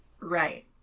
Right